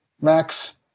Max